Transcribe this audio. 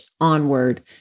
onward